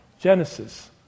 Genesis